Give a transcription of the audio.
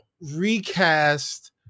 recast